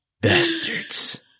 Bastards